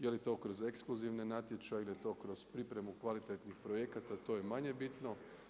Je li to kroz ekskluzivne natječaje ili je to kroz pripremu kvalitetnih projekata, to je manje bitno.